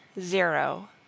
zero